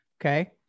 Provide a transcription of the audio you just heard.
Okay